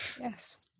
Yes